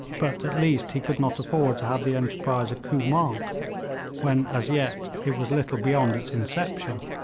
but at least he could not afford to have the enterprise a coup manque when as yet it was little beyond its inception.